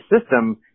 system